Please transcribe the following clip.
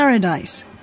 Paradise